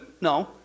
No